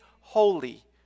holy